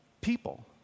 people